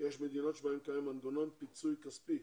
יש מדינות בהן קיים מנגנון פיצוי כספי